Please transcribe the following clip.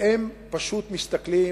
והם פשוט מסתכלים,